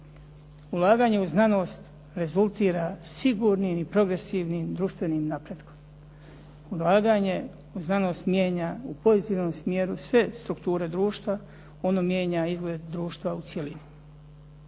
Ulaganje u znanost rezultira sigurnim i progresivnim društvenim napretkom. Ulaganje u znanost mijenja u pozitivnom smjeru sve strukture društva. Ono mijenja izgleda društva u cjelini.